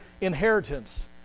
inheritance